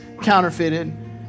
Counterfeited